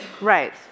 Right